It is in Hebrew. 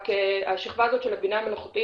רק השכבה הזאת של הבינה המלאכותית